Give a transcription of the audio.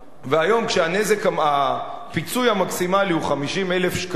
והיום, כשהפיצוי המקסימלי הוא 50,000 שקלים,